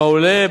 כעולה,